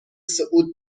صعود